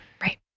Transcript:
right